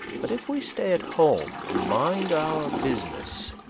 but if we stay at home and mind our business,